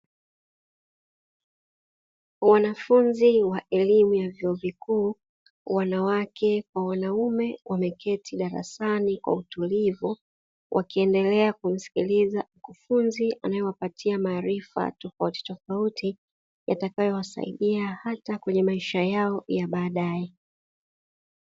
Wanafunzi wa elimu ya vyuo vikuu (wanawake kwa wanaume) wameketi darasani kwa utulivu, wakiendelea kumsikiliza mkufunzi anayewapatia maarifa tofautitofauti yatakayo wasaidia hata kwenye maisha yao ya baadaye.